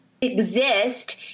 exist